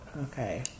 Okay